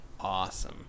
awesome